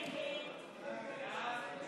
סונדוס סאלח ואימאן ח'טיב יאסין